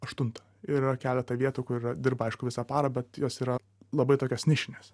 aštuntą yra keletą vietų kur dirba aišku visą parą bet jos yra labai tokios nišinės